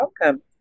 welcome